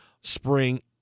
spring